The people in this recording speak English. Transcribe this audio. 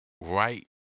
right